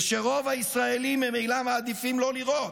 ושרוב הישראלים ממילא מעדיפים לא לראות.